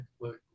look